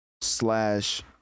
slash